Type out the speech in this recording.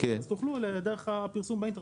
אז תוכלו דרך הפרסום באינטרנט,